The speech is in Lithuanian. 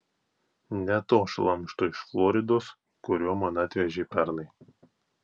ne to šlamšto iš floridos kurio man atvežei pernai